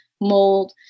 mold